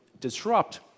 disrupt